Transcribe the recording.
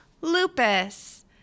lupus